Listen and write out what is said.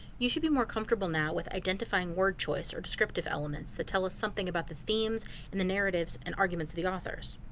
you should be more comfortable now with identifying word choice or descriptive elements that tell us something about the themes and the narratives and arguments of the author's.